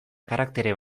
karaktere